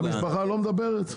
המשפחה לא מדברת?